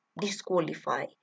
disqualify